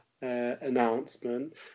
announcement